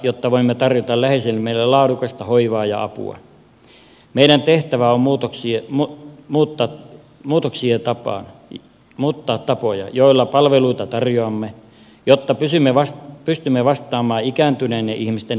jotta voimme tarjota läheisillemme laadukasta hoivaa ja apua meidän tehtävämme on muutoksia maa mutta muutoksia tapaan ja muuttaa tapoja joilla palveluita tarjoamme jotta pystymme vastaamaan ikääntyneiden ihmisten hoivatarpeisiin